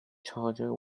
charger